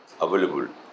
available